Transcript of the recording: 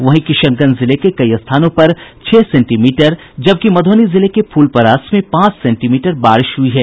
वहीं किशनगंज जिले के कई स्थानों पर छह सेंटीमीटर जबकि मधुबनी जिले के फुलपरास में पांच सेंटीमीटर बारिश हुई है